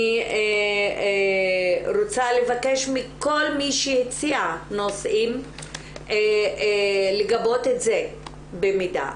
אני רוצה לבקש מכל מי שהציע נושאים לגבות את זה במידע.